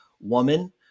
woman